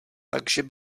takže